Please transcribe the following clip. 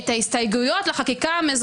אנחנו פותחים דיון בהנמקת הסתייגויות לפני